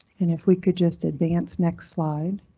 and if we could just advance next slide.